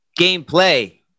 gameplay